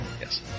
Yes